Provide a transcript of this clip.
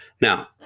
Now